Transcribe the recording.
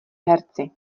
herci